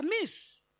miss